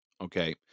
Okay